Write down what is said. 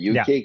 UK